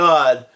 God